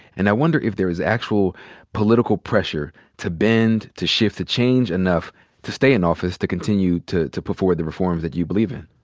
and i wonder if there is actual political pressure to bend, to shift, to change enough to stay in office to continue to to put forward the reforms that you believe in.